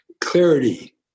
clarity